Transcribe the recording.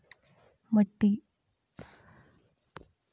मटर की पत्तियों में पत्ती चूसक कीट क्या है इसकी क्या पहचान है?